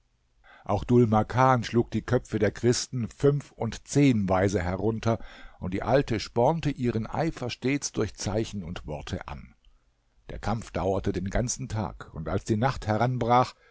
auch dhul makan schlug die köpfe der christen fünf und zehnweise herunter und die alte spornte ihren eifer stets durch zeichen und worte an der kampf dauerte den ganzen tag und als die nacht heranbrach